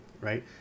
right